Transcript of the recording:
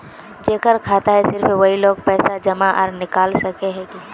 जेकर खाता है सिर्फ वही लोग पैसा जमा आर निकाल सके है की?